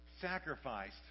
sacrificed